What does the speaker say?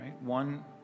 One